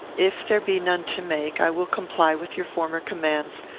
if there be none to make, i will comply with your former commands,